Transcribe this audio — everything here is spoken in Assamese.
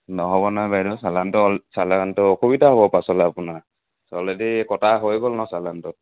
নহ'ব নহয় বাইদেউ চালানটো চালানটো অসুবিধা হ'ব পাছলৈ আপোনাৰ অলৰেডি কটা হৈ গ'ল ন চালানটো